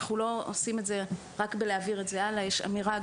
אנחנו לא רק מעבירים את זה הלאה אלא מצרפים איזו שהיא אמירה.